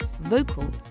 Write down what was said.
vocal